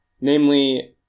namely